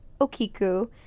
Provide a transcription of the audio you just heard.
Okiku